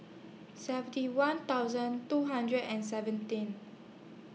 Safety one thousand two hundred and seventeen